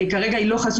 כי כרגע היא לא חשופה,